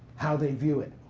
how they view it.